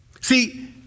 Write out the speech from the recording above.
see